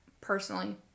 personally